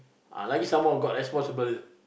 ah lagi some more got responsible